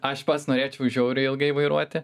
aš pats norėčiau žiauriai ilgai vairuoti